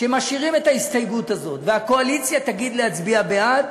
שמשאירים את ההסתייגות הזאת והקואליציה תגיד להצביע בעד,